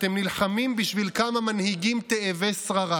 אתם נלחמים בשביל כמה מנהיגים תאבי שררה